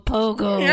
Pogo